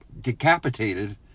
decapitated